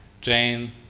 Jane